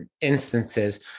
instances